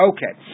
Okay